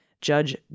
Judge